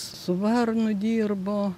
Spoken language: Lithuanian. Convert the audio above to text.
su varnu dirbo